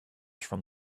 from